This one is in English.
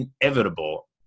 inevitable